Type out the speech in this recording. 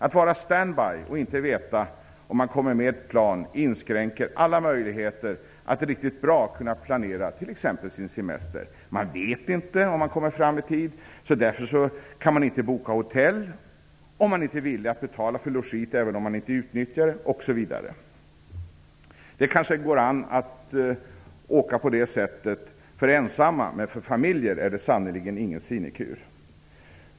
Att vara stand-by och inte veta om man kommer med ett plan inskränker alla möjligheter att kunna planera t.ex. sin semester riktigt bra. Man vet inte om man kommer fram i tid. Därför kan man inte boka hotell om man inte är villig att betala för logit även om man inte utnyttjar det osv. Det går kanske an att åka på det sättet för ensamma, men för familjer är det sannerligen ingen sinekur.